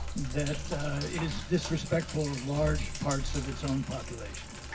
that is disrespectful of large parts of its own population.